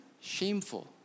shameful